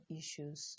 issues